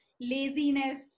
laziness